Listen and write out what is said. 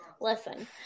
Listen